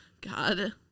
God